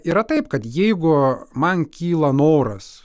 yra taip kad jeigu man kyla noras